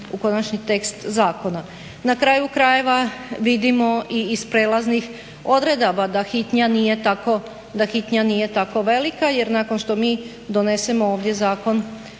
Na kraju krajeva, vidimo i iz prijelaznih odredbi da hitnja nije tako velika jer nakon što mi donesemo ovdje zakon